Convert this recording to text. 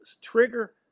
trigger